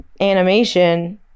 animation